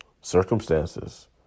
circumstances